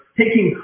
taking